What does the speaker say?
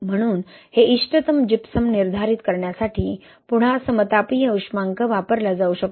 म्हणून हे इष्टतम जिप्सम निर्धारित करण्यासाठी पुन्हा समतापीय उष्मांक वापरला जाऊ शकतो